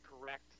correct